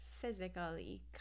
physically